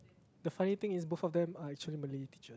the funny thing is both of them are actually Malay teachers